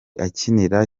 akinira